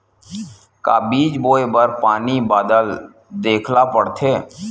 का बीज बोय बर पानी बादल देखेला पड़थे?